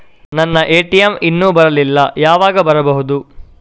ನನ್ನ ಎ.ಟಿ.ಎಂ ಇನ್ನು ಬರಲಿಲ್ಲ, ಯಾವಾಗ ಬರಬಹುದು?